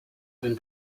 been